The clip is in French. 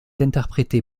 interprétée